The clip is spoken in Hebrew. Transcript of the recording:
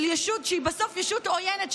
של ישות שהיא בסוף ישות עוינת,